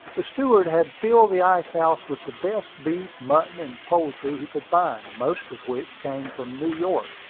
the steward had filled the ice-house with the best beef, mutton, and poultry he could find, most of which came from new york,